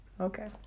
Okay